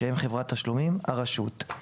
שהם חברת תשלומים הרשות;